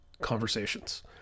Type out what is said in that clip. conversations